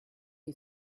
you